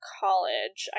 college